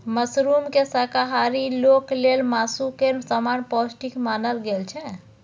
मशरूमकेँ शाकाहारी लोक लेल मासु केर समान पौष्टिक मानल गेल छै